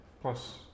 Plus